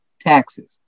Taxes